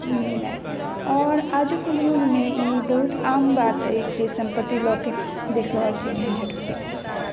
आओर आजुक जुगमे ई बहुत आम बात अइ जे सम्पैत लऽ कऽ देखि रहल छी झँझटि भऽ रहल अइ